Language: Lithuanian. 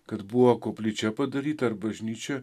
kad buvo koplyčia padaryta ir bažnyčia